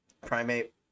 Primate